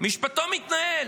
שמשפטו מתנהל?